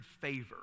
favor